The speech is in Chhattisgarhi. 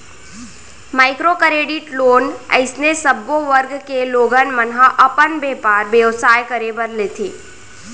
माइक्रो करेडिट लोन अइसे सब्बो वर्ग के लोगन मन ह अपन बेपार बेवसाय करे बर लेथे